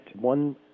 one